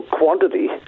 quantity